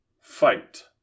Fight